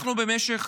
אנחנו, במשך